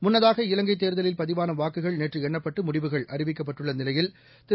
முன்னதாக இலங்கைத் தேர்தலில் பதிவானவாக்குகள் நேற்றுஎண்ணப்பட்டு முடிவுகள் அறிவிக்கப்பட்டுள்ளநிலையில் திரு